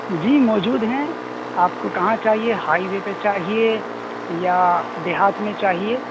جی موجود ہیں آپ کو کہاں چاہیے ہائی وے پہ چاہیے یا دیہات میں چاہیے